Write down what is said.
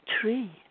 tree